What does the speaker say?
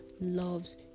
loves